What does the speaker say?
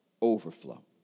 overflow